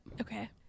okay